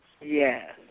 Yes